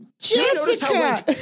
Jessica